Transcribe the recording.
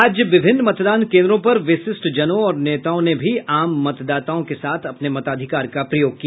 आज विभिन्न मतदान केन्द्रों पर विशिष्ट जनों और नेताओं ने भी आम मतदाताओं के साथ अपने मताधिकार का प्रयोग किया